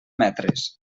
metres